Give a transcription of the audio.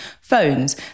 phones